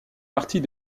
partie